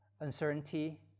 uncertainty